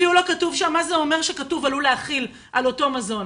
אפילו לא כתוב שם מה זה אומר כשכתוב "עלול להכיל" על אותו מזון.